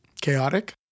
chaotic